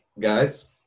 Guys